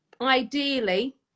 ideally